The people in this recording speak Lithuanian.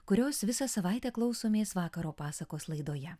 kurios visą savaitę klausomės vakaro pasakos laidoje